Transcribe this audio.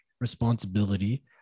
responsibility